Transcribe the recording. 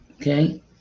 Okay